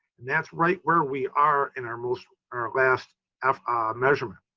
and that's right where we are in our most, our last measurement.